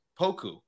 Poku